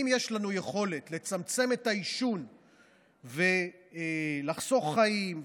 אם יש לנו יכולת לצמצם את העישון ולחסוך חיים,